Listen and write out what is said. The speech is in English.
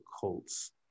Colts –